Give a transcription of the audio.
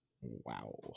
Wow